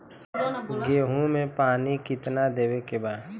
गेहूँ मे पानी कितनादेवे के बा?